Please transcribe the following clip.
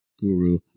Guru